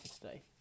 today